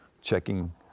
checking